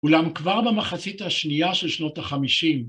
אולם כבר במחצית השנייה של שנות החמישים.